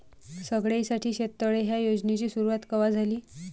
सगळ्याइसाठी शेततळे ह्या योजनेची सुरुवात कवा झाली?